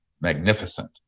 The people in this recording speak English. magnificent